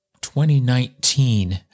2019